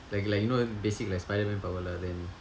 like like you know basic like spiderman power lah then